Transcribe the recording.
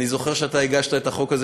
אני זוכר שאתה הגשת את החוק הזה.